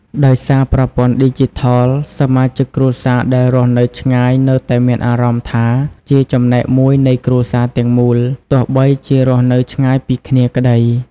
ដោយសារប្រព័ន្ធឌីជីថល សមាជិកគ្រួសារដែលរស់នៅឆ្ងាយនៅតែមានអារម្មណ៍ថាជាចំណែកមួយនៃគ្រួសារទាំងមូល ទោះបីជារស់នៅឆ្ងាយពីគ្នាក្ដី។